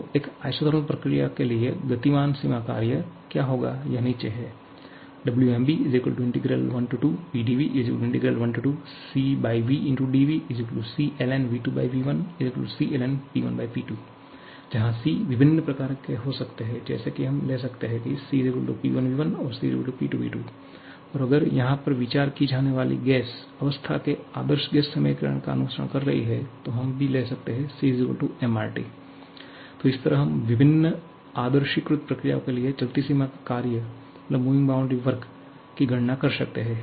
तो इक आइसोथर्मल प्रक्रिया प्रक्रिया के लिए गतिमान सीमा कार्य क्या होगा यह निचे है 𝑊𝑚𝑏 12PdV12CVdVC ln V2V1C ln P1P2 जहाँ C विभिन्न प्रकार के हो सकते हैं जैसे की हम ले सकते हैं की C P1V1 or C P2V2 और अगर यहां पर विचार की जाने वाली गैस अवस्था के आदर्श गैस समीकरण का अनुसरण कर रही है तो हम भी ले सकते हैं CmRT तो इस तरह हम विभिन्न आदर्शीकृत प्रक्रियाओं के लिए चलती सीमा के कार्य की गणना कर सकते हैं